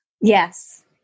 Yes